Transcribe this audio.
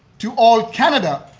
to all canada,